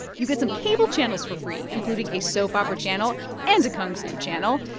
you get some cable channels for free, including a soap opera channel and a kung fu channel.